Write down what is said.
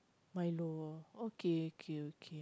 Milo okay okay okay